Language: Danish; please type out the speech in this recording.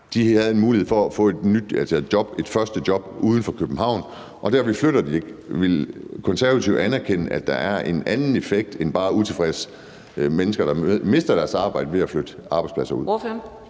De havde en mulighed for at få deres første job uden for København, og derfor flytter de ikke. Vil Konservative anerkende, at der er en anden reaktion end bare utilfredse mennesker, der mister deres arbejde, ved at man flytter arbejdspladser ud?